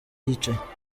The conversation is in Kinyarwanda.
yicaye